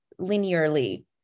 linearly